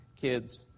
kids